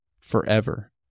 forever